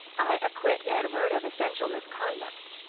i acquit edward of essential misconduct.